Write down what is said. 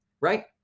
right